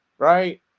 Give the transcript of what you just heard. right